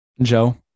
Joe